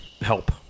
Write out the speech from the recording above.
help